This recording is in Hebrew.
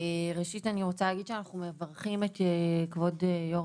ראשית אני רוצה להגיד שאנחנו מברכים את כבוד יושבת-ראש